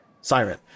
Siren